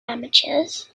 amateurs